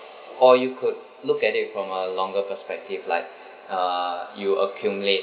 or you could look at it from a longer perspective like uh you accumulate